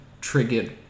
triggered